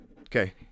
okay